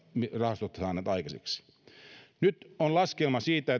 rahastot ovat saaneet aikaiseksi nyt on laskelma siitä